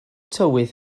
tywydd